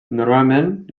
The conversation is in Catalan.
normalment